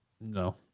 no